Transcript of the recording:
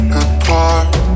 apart